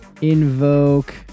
invoke